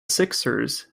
sixers